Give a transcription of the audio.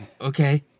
okay